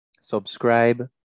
subscribe